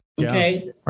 okay